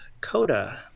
CODA